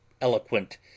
eloquent